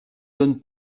donne